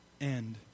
end